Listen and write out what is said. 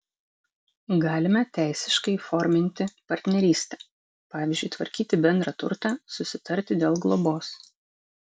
galime teisiškai įforminti partnerystę pavyzdžiui tvarkyti bendrą turtą susitarti dėl globos